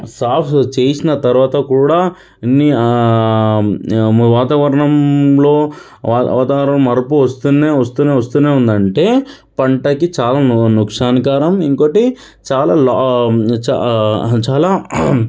సాఫ్ చేసిన తరువాత కూడా అన్ని వాతావరణంలో వాతావరణ మార్పు వస్తూనే వస్తూనే వస్తూనే ఉందంటే పంటకి చాలా నుక్సానుకారం ఇంకొకటి చాలా చాలా